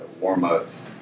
warm-ups